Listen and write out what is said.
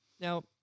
Now